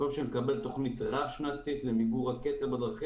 במקום שנקבל תוכנית רב-שנתית למיגור הקטל בדרכים